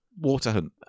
Waterhunt